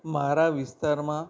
મારા વિસ્તારમાં